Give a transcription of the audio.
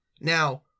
Now